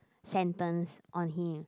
sentence on him